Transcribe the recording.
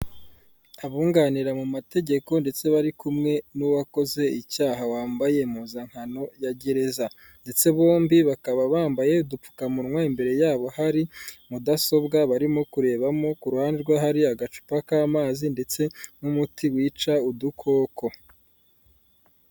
Abunganira mu mategeko ndetse bari kumwe n'uwakoze icyaha, wambaye impuzankano ya gereza, ndetse bombi bakaba bambaye udupfukamunwa, imbere yabo hari mudasobwa barimo kurebamo, ku ruhande rwe hari agacupa k'amazi ndetse n'umuti wica udukoko.